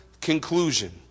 conclusion